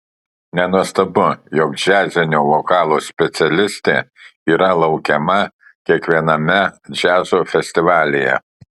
nenuostabu jog džiazinio vokalo specialistė yra laukiama kiekviename džiazo festivalyje